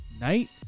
night